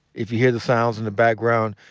if you hear the sounds in the background,